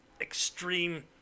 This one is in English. extreme